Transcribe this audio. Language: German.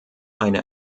eine